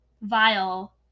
vile